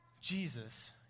Jesus